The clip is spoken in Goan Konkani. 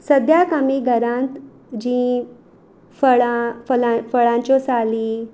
सद्द्याक आमी घरांत जीं फळां फलां फळ्यांच्यो साली